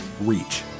reach